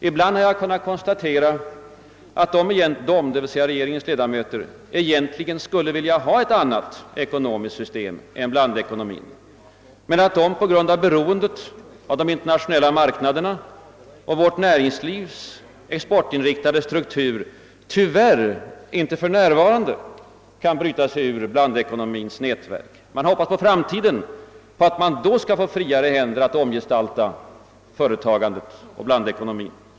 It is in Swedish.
Ibland har jag kunnat konstatera att regeringens ledamöter egentligen skulle vilja ha ett annat ekonomiskt system än blandekonomin men att de på grund av beroendet av de internationella marknaderna och vårt näringslivs exportinriktade struktur tyvärr inte för närvarande kan bryta sig ur blandekonomins nätverk. Man hoppas på att i framtiden få friare händer att omgestalta företagandet och blandekonomin.